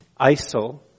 ISIL